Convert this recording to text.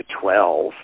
twelve